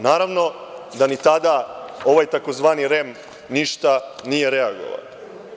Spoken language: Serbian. Naravno da ni tada, ovaj takozvani REM ništa nije reagovao.